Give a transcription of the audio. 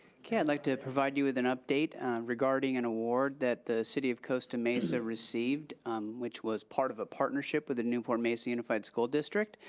okay, i'd like to provide you with an update regarding an and award that the city of costa mesa received which was part of a partnership, with the newport mesa unified school district.